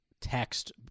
text